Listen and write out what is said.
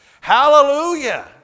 Hallelujah